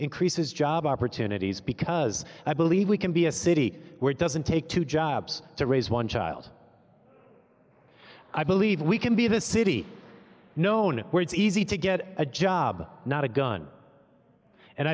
increases job opportunities because i believe we can be a city where it doesn't take two jobs to raise one child i believe we can be this city known where it's easy to get a job not a gun and